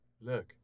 look